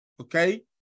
Okay